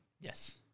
Yes